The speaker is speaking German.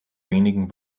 wenigen